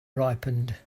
ripened